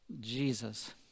Jesus